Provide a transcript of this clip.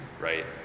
right